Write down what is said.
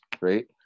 right